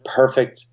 perfect